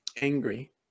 angry